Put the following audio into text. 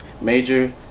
Major